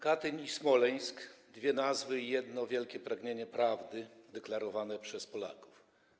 Katyń i Smoleńsk - dwie nazwy i jedno wielkie pragnienie prawdy deklarowane przez Polaków.